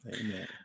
Amen